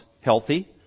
healthy